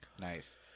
nice